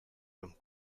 comme